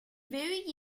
very